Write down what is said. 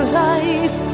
life